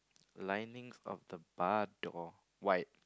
linings of the bar door white